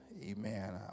Amen